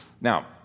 Now